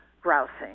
grousing